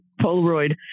Polaroid